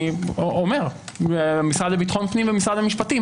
אני אומר, המשרד לביטחון פנים ומשרד המשפטים.